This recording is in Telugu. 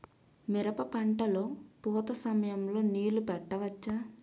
మిరప పంట లొ పూత సమయం లొ నీళ్ళు పెట్టవచ్చా?